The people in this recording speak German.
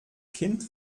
kind